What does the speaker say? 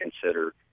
consider